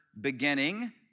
beginning